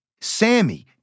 sammy